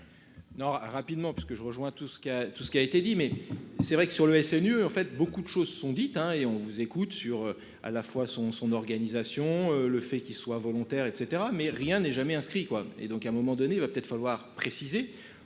Non. Rapidement parce que je rejoins tout ce qu'il a tout ce qui a été dit mais c'est vrai que sur le SNU en fait beaucoup de choses sont dites hein et on vous écoute sur à la fois son son organisation. Le fait qu'ils soient volontaires et cetera mais rien n'est jamais inscrit quoi et donc à un moment donné il va peut-être falloir préciser